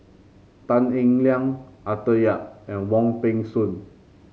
Tan Eng Liang Arthur Yap and Wong Peng Soon